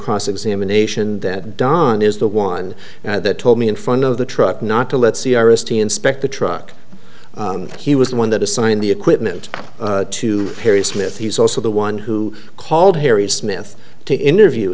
cross examination that don is the one that told me in front of the truck not to let c r s to inspect the truck he was the one that assigned the equipment to perry smith he's also the one who called harry smith to interview